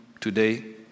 today